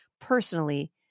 personally